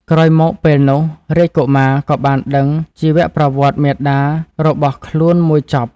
ក្រោយមកពេលនោះ រាជកុមារក៏បានដឹងជីវប្រវត្តិមាតារបសើខ្លួនមួយចប់។